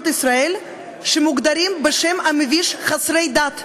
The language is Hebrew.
של ישראל שמוגדרים בשם המביש "חסרי דת".